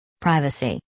Privacy